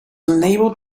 unable